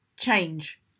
Change